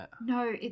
No